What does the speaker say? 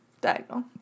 diagonal